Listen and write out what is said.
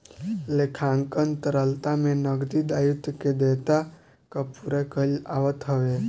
लेखांकन तरलता में नगदी दायित्व के देयता कअ पूरा कईल आवत हवे